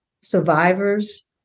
survivors